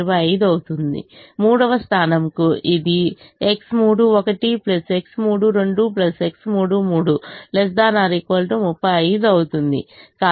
మూడవ స్థానంకు ఇది X31 X32 X33 ≤ 35 అవుతుంది